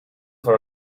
for